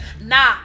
Nah